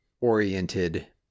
oriented